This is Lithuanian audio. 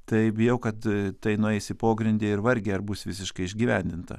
tai bijau kad tai nueis į pogrindį ir vargai ar bus visiškai išgyvendinta